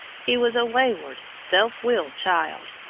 he was a wayward, self-willed child,